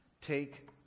Take